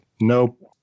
nope